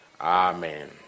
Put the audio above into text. Amen